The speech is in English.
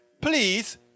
please